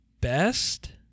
best